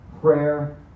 prayer